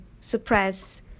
suppress